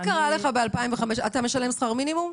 אתה משלם שכר מינימום?